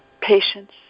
patience